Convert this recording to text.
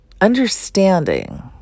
understanding